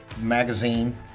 Magazine